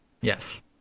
Yes